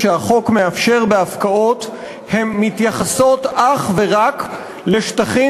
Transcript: שהחוק מאפשר בהפקעות מתייחסות אך ורק לשטחים